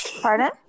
Pardon